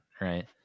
Right